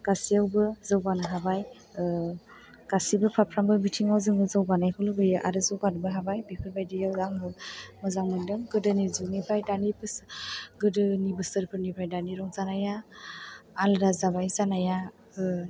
गासैआवबो जौगानो हाबाय गासैबो फारफ्रोमबो बिथिङाव जोङो जौगानायखौ लुबैयो आरो जौगानोबो हाबाय बेफोरबायदियाव आङो मोजां मोनदों गोदोनि जुगनिफ्राय दानि गोदोनि बोसोरफोरनिफ्राय दानि रंजानाया आलादा जाबाय जानाया